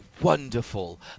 wonderful